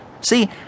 See